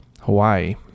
Hawaii